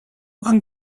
one